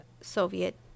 Soviet